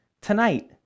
tonight